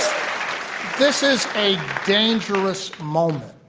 um this is a dangerous moment.